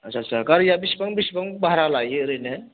आथसा सा गारिया बिसिबां बिसिबां भारा लायो ओरैनो